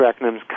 acronyms